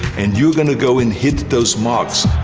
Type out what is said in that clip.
and you're gonna go and hit those marks.